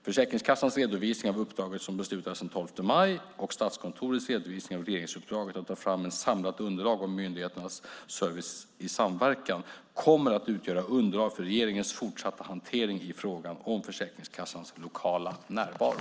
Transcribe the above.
Försäkringskassans redovisning av uppdraget som beslutades den 12 maj och Statskontorets redovisning av regeringsuppdraget att ta fram ett samlat underlag om myndigheternas service i samverkan kommer att utgöra underlag för regeringens fortsatta hantering i frågan om Försäkringskassans lokala närvaro.